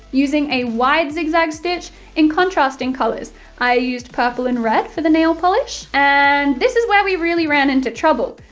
using a wide zig zag stitch in contrasting colours i used purple and red for the nailpolish and this is where we really ran into trouble,